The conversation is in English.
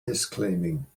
disclaiming